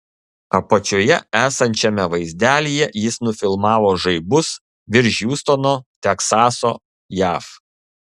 apačioje esančiame vaizdelyje jis nufilmavo žaibus virš hjustono teksaso jav